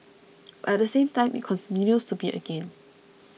but at the same time it continues to be a gain